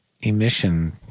emission